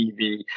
TV